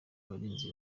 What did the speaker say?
abarinzi